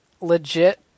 legit